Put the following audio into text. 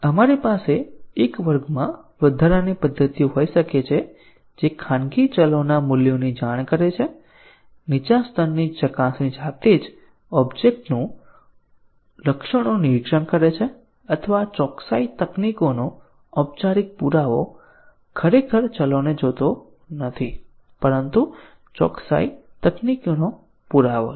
આપણી પાસે એક વર્ગમાં વધારાની પદ્ધતિઓ હોઈ શકે છે જે આ ખાનગી ચલોના મૂલ્યોની જાણ કરે છે નીચા સ્તરની ચકાસણીઓ જાતે જ ઓબ્જેક્ટના લક્ષણોનું નિરીક્ષણ કરે છે અથવા ચોકસાઈ તકનીકોનો ઔપચારિક પુરાવો ખરેખર ચલોને જોતો નથી પરંતુ ચોકસાઈ તકનીકોનો પુરાવો છે